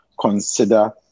consider